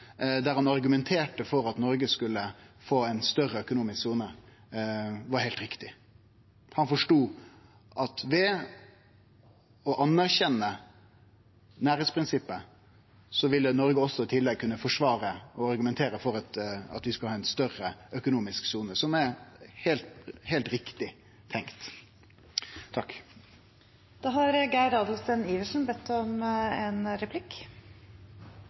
for at Noreg skulle få ein større økonomisk sone, var heilt riktig. Han forstod at ved å anerkjenne nærleiksprinsippet ville Noreg kunne forsvare og argumentere for at vi skulle ha ei større økonomisk sone, som var heilt riktig tenkt.